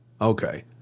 Okay